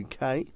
UK